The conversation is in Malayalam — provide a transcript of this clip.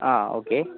അ ഓക്കെ